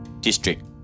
district